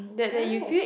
right